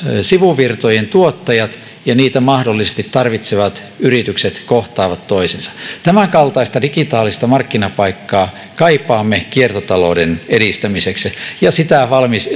sivuvirtojen tuottajat ja niitä mahdollisesti tarvitsevat yritykset kohtaavat toisensa tämänkaltaista digitaalista markkinapaikkaa kaipaamme kiertotalouden edistämiseksi ja sitä